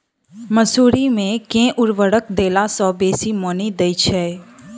मसूरी मे केँ उर्वरक देला सऽ बेसी मॉनी दइ छै?